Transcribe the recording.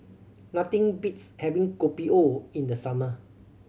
nothing beats having Kopi O in the summer